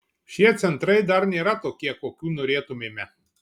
šie centrai dar nėra tokie kokių norėtumėme